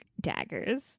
daggers